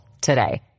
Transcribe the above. today